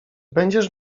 będziesz